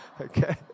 Okay